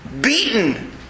beaten